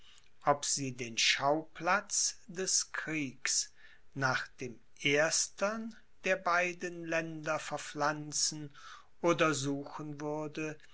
ob sie den schauplatz des kriegs nach dem erstern der beiden länder verpflanzen oder suchen würde